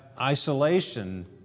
isolation